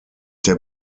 der